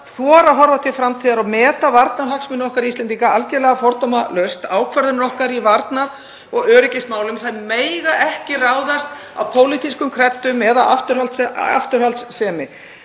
að þora að horfa til framtíðar og meta varnarhagsmuni okkar Íslendinga algerlega fordómalaust. Ákvarðanir okkar í varnar- og öryggismálum mega ekki ráðast af pólitískum kreddum eða afturhaldssemi.